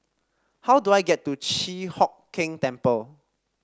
how do I get to Chi Hock Keng Temple